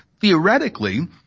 theoretically